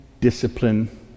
discipline